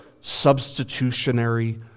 substitutionary